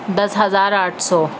دس ہزار آٹھ سو